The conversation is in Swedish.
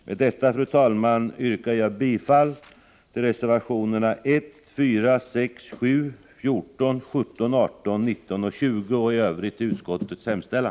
Med detta, fru talman, yrkar jag bifall till reservationerna 1, 4,6, 7, 14, 17, 18, 19 och 20 och i övrigt bifall till utskottets hemställan.